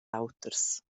auters